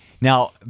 Now